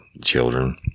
children